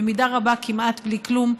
במידה רבה כמעט בלי כלום,